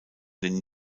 den